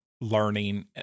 learning